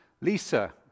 Lisa